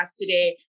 today